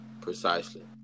precisely